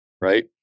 right